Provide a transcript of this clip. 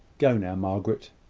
go now, margaret,